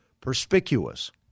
perspicuous